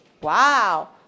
Wow